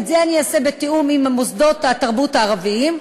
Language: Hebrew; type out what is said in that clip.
את זה אני אעשה בתיאום עם מוסדות התרבות הערביים,